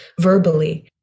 verbally